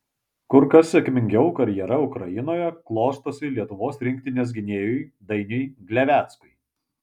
kur kas sėkmingiau karjera ukrainoje klostosi lietuvos rinktinės gynėjui dainiui gleveckui